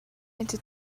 into